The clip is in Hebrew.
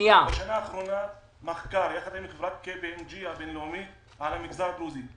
בשנה האחרונה מחקר יחד עם חברת KPMG הבינלאומית על המגזר הדרוזי.